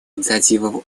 инициатива